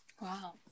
Wow